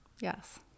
yes